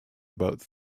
about